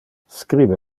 scribe